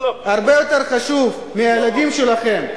הרבה יותר חשוב מהילדים שלכם,